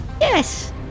Yes